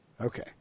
Okay